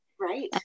Right